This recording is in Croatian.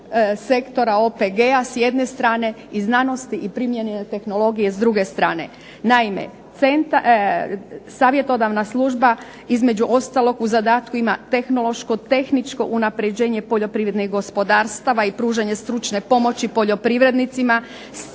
sektora OPG-a s jedne strane i znanosti i primijenjene tehnologije s druge strane. Naime, Savjetodavna služba između ostalog na zadatku ima tehnološko tehničko unapređenje poljoprivrednih gospodarstva i pružanja stručne pomoći poljoprivrednicima s